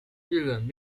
日本